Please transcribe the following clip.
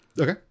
Okay